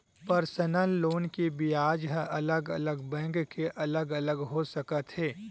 personal loan के बियाज ह अलग अलग बैंक के अलग अलग हो सकत हे